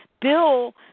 Bill